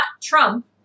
trump